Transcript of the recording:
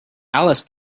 alice